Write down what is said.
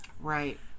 Right